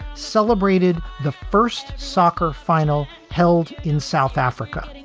celebrated the first soccer final held in south africa.